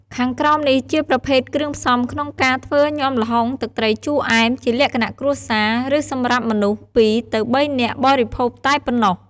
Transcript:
ខាងក្រោមនេះជាប្រភេទគ្រឿងផ្សំក្នុងការធ្វើញាំល្ហុងទឹកត្រីជូរអែម ជាលក្ខណៈគ្រួសារ ឬសម្រាប់មនុស្ស ពីរ ទៅបីនាក់បរិភោគតែប៉ុណ្ណោះ។